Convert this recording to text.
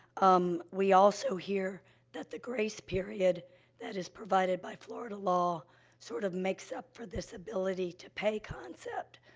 um, we also hear that the grace period that is provided by florida law sort of makes up for this ability-to-pay concept,